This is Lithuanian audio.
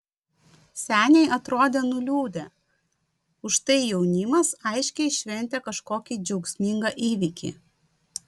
seniai atrodė nuliūdę užtai jaunimas aiškiai šventė kažkokį džiaugsmingą įvykį